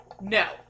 No